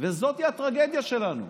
וזאת הטרגדיה שלנו.